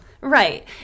right